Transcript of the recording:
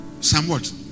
Somewhat